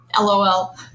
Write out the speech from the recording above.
LOL